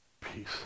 Peace